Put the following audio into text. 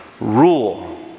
rule